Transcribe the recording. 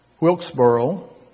Wilkesboro